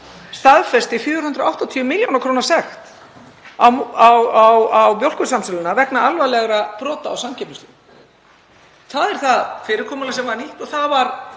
staðfesti 480 millj. kr. sekt á Mjólkursamsöluna vegna alvarlegra brota á samkeppnislögum. Það er það fyrirkomulag sem var nýtt og það var